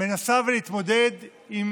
ומנסה להתמודד עם